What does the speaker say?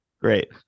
Great